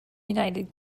united